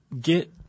get